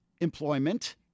employment